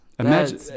Imagine